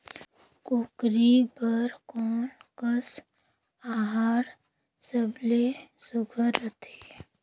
कूकरी बर कोन कस आहार सबले सुघ्घर रथे?